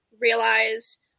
realize –